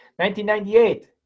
1998